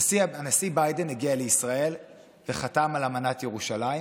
הנשיא ביידן הגיע לישראל וחתם על אמנת ירושלים,